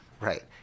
right